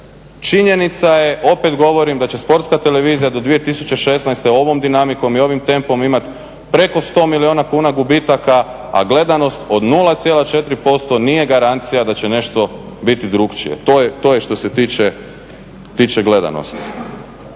Činjenica je, opet govorim, da će Sportska televizija do 2016. ovom dinamikom i ovim tempom imati preko 100 milijuna kuna gubitaka, a gledanost od 0,4% nije garancija da će nešto biti drukčije. To je što se tiče gledanosti.